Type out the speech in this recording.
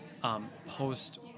Post